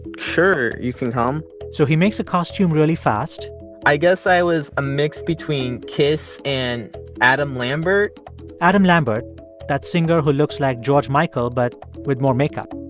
sure, you can come so he makes a costume really fast i guess i was a mix between kiss and adam lambert adam lambert that singer who looks like george michael but with more makeup